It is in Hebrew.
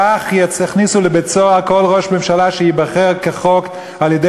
כך יכניסו לבית-סוהר כל ראש ממשלה שייבחר כחוק על-ידי